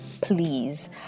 please